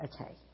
Okay